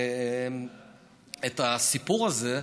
את הסיפור הזה.